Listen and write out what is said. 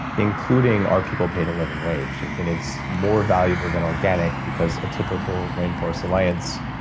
including are people paid a living wage? and and it's more valuable than organic, because a typical rainforest alliance